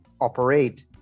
operate